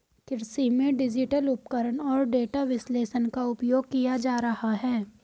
कृषि में डिजिटल उपकरण और डेटा विश्लेषण का उपयोग किया जा रहा है